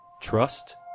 Trust